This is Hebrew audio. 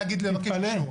תתפלא.